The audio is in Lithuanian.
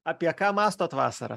apie ką mąstot vasarą